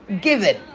given